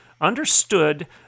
understood